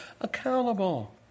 accountable